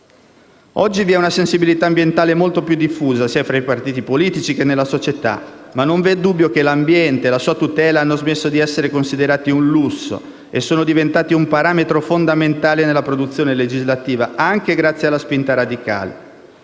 Oggi vi è una sensibilità ambientale molto più diffusa, sia fra i partiti politici che nella società, ma non v'è dubbio che l'ambiente e la sua tutela hanno smesso di essere considerati un lusso e sono diventati un parametro fondamentale nella produzione legislativa, anche grazie alla spinta radicale.